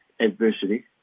adversity